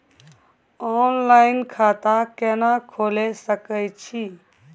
Online खाता केना खोले सकै छी?